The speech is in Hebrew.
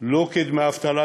לא כדמי אבטלה,